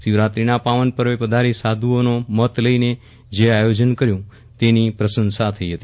શિવરાત્રીનાં પાવનપર્વે પધારી સાધુઓનો મત લઇને જે આયોજન કર્યુ તેની પ્રશંસા થઇ હતી